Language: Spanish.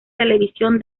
televisión